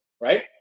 right